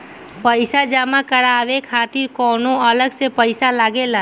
पईसा जमा करवाये खातिर कौनो अलग से पईसा लगेला?